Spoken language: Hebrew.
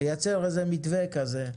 לייצר איזה מתווה כזה.